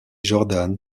jordan